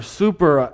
super